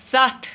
ستھ